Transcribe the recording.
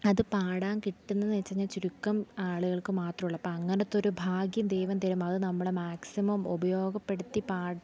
അതു പാടാൻ കിട്ടുന്നതു വെച്ചു കഴിഞ്ഞാൽ ചുരുക്കം ആളുകൾക്ക് മാത്രമുള്ളപ്പം അങ്ങനത്തൊരു ഭാഗ്യം ദൈവം തരും അതു നമ്മൾ മാക്സിമം ഉപയോഗപ്പെടുത്തി പാ